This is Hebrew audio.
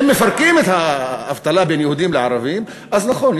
אם מפרקים את האבטלה בין יהודים לערבים אז נכון,